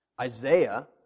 Isaiah